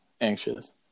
Anxious